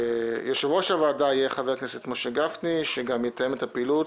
יושב-ראש הוועדה יהיה חבר הכנסת משה גפני שגם יתאם את הפעילות